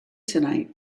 tonight